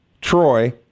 Troy